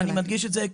אני מדגיש את זה,